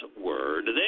word